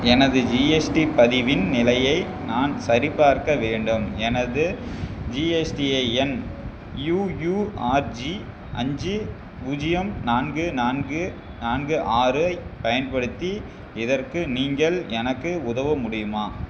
எனது ஜிஎஸ்டி பதிவின் நிலையை நான் சரிபார்க்க வேண்டும் எனது ஜிஎஸ்டிஐஎன் யூயூஆர்ஜி அஞ்சு பூஜ்ஜியம் நான்கு நான்கு நான்கு ஆறைப் பயன்படுத்தி இதற்கு நீங்கள் எனக்கு உதவ முடியுமா